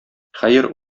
хәер